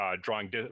drawing